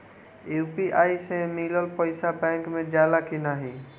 UPI से मिलल पईसा बैंक मे जाला की नाहीं?